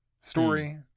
story